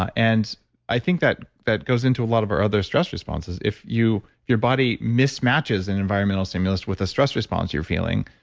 and i think that that goes into a lot of our other stress responses. if your body mismatches an environmental stimulus with a stress response you're feeling,